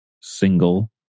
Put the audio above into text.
single